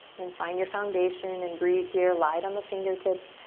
then find your foundation and breath here. light on the finger tips.